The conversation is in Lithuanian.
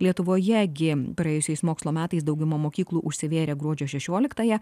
lietuvoje gi praėjusiais mokslo metais dauguma mokyklų užsivėrė gruodžio šešioliktąją